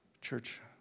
Church